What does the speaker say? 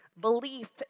Belief